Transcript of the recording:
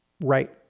right